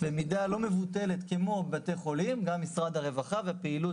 במידה לא מבוטלת כמו בתי חולים - גם משרד הרווחה והפעילות